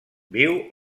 viu